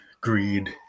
greed